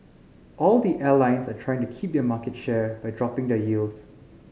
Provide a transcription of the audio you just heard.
all the airlines are trying to keep their market share by dropping their yields